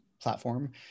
platform